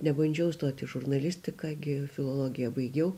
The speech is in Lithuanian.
nebandžiau stot į žurnalistiką gi filologiją baigiau